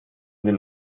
den